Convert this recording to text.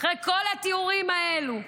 אחרי כל התיאורים האלו,